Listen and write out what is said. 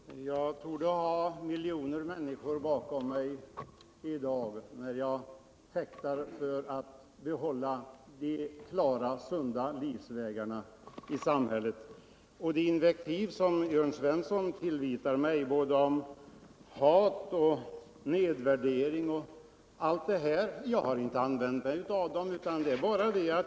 Herr talman! Jag torde ha miljoner människor bakom mig i dag när jag fäktar för att behålla de klara, sunda livsvägarna i samhället. Jörn Svensson öser invektiv över mig och påstår att jag har givit uttryck för hat, nedvärdering och allt detta. Det har jag inte gjort.